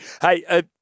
Hey